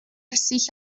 sich